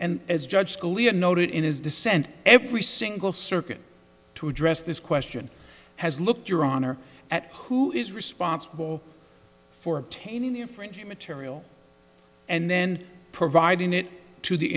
and as judge scalia noted in his dissent every single circuit to address this question has looked your honor at who is responsible for obtaining different material and then providing it to the